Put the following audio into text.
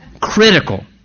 Critical